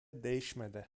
değişmedi